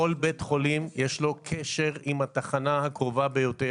לכל בית חולים יש קשר עם התחנה הקרובה ביותר,